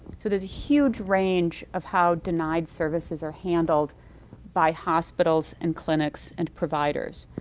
so there's a huge range of how denied services are handled by hospitals and clinics and providers.